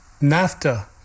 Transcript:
nafta